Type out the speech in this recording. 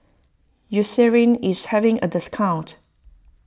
Eucerin is having a discount